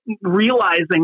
realizing